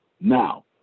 Now